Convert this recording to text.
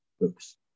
books